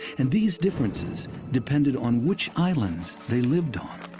and these differences depended on which islands they lived on.